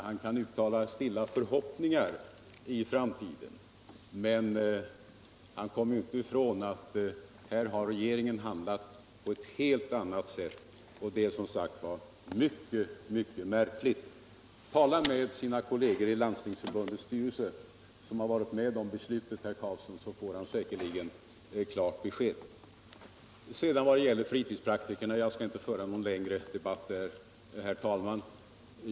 Han kan uttala stilla förhoppningar om framtiden, men han kan inte komma ifrån att regeringen handlat på ett helt annat sätt, och det är som sagt mycket märkligt. Tala med kollegerna i Landstingsförbundets styrelse, som varit med om beslutet, så får herr Carlsson säkerligen klart besked! När det gäller fritidspraktikerna skall jag inte föra någon längre debatt, herr talman.